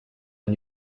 and